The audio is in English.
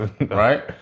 Right